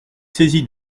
saisie